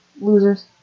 Losers